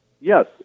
Yes